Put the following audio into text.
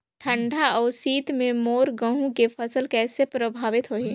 ठंडा अउ शीत मे मोर गहूं के फसल कइसे प्रभावित होही?